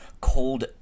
cold